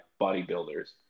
bodybuilders